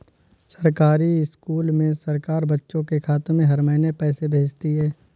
सरकारी स्कूल में सरकार बच्चों के खाते में हर महीने पैसे भेजती है